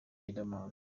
riderman